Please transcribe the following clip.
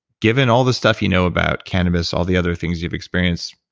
given all the stuff you know about cannabis, all the other things you've experienced,